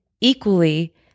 equally